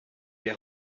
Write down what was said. des